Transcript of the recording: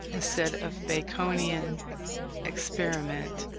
instead of baconian experiment,